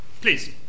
Please